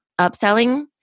upselling